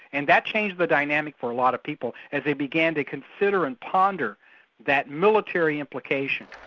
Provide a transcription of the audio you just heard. and that changed the dynamics for a lot of people as they began to consider and ponder that military implication.